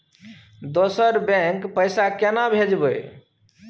दोसर बैंक पैसा केना भेजबै?